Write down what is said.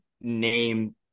name